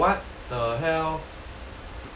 eh what the hell